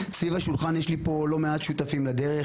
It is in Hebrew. סביב השולחן יש לי פה לא מעט שותפים לדרך.